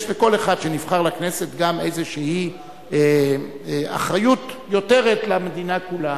יש לכל אחד שנבחר לכנסת גם איזו אחריות יתירה למדינה כולה.